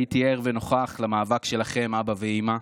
הייתי ער ונוכח למאבק שלכם, אבא ואימא,